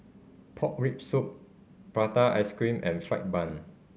pork rib soup prata ice cream and fried bun